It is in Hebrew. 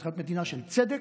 היא צריכה להיות מדינה של צדק,